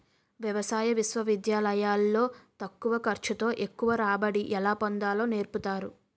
వ్యవసాయ విశ్వవిద్యాలయాలు లో తక్కువ ఖర్చు తో ఎక్కువ రాబడి ఎలా పొందాలో నేర్పుతారు